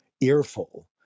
earful